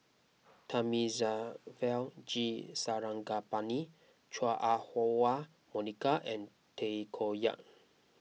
Thamizhavel G Sarangapani Chua Ah Huwa Monica and Tay Koh Yat